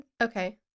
okay